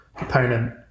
opponent